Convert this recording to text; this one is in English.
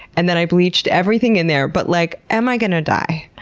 and then i bleached everything in there. but like, am i gonna die?